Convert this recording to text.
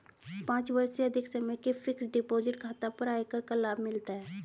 पाँच वर्ष से अधिक समय के फ़िक्स्ड डिपॉज़िट खाता पर आयकर का लाभ मिलता है